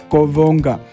Kovonga